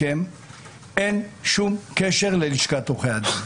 אין שום קשר ללשכת עורכי הדין.